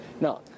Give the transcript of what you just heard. no